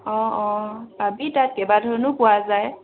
অঁ অঁ পাবি তাত কেইবা ধৰণৰো পোৱা যায়